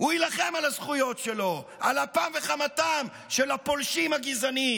הוא יילחם על הזכויות שלו על אפם וחמתם של הפולשים הגזענים.